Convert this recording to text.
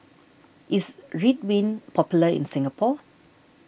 is Ridwind popular in Singapore